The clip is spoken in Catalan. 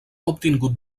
obtingut